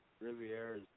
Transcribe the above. Riviera